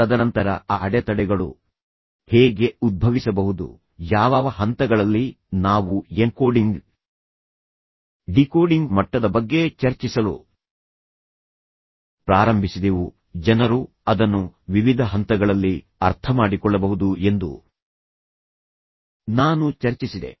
ತದನಂತರ ಆ ಅಡೆತಡೆಗಳು ಹೇಗೆ ಉದ್ಭವಿಸಬಹುದು ಯಾವ ಹಂತಗಳಲ್ಲಿ ನಾವು ಎನ್ಕೋಡಿಂಗ್ ಡಿಕೋಡಿಂಗ್ ಮಟ್ಟದ ಬಗ್ಗೆ ಚರ್ಚಿಸಲು ಪ್ರಾರಂಭಿಸಿದೆವು ಜನರು ಅದನ್ನು ವಿವಿಧ ಹಂತಗಳಲ್ಲಿ ಅರ್ಥಮಾಡಿಕೊಳ್ಳಬಹುದು ಎಂದು ನಾನು ಚರ್ಚಿಸಿದೆ